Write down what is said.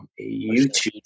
YouTube